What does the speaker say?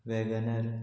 Wagon R